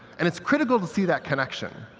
and it's critical to see that connection.